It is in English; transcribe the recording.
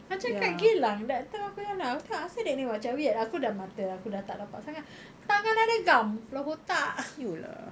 macam kat geylang that time aku yana aku tengok asal dia ni macam weird aku dah mata dah tak nampak sangat tangan ada gam